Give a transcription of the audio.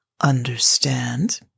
understand